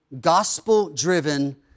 Gospel-Driven